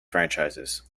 franchises